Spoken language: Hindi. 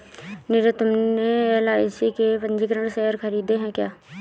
नीरज तुमने एल.आई.सी के पंजीकृत शेयर खरीदे हैं क्या?